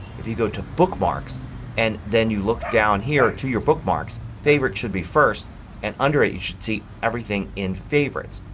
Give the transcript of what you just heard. if you go to bookmarks and then you look down here to your bookmarks, favorites should be first and under it you should see everything in favorites.